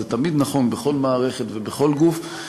זה תמיד נכון בכל מערכת ובכל גוף,